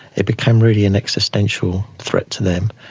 it became really an existential threat to them.